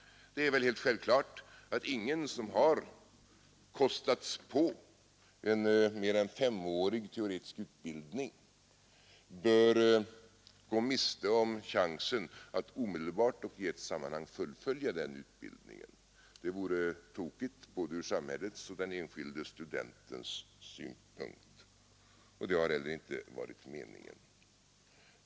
Det är väl helt självklart att ingen som har kostats på en mer än femårig teoretisk utbildning bör gå miste om chansen att omedelbart och i ett sammanhang fullfölja den utbildningen. Det vore tokigt från både samhällets och den enskilde studentens synpunkt, och det har heller inte varit meningen.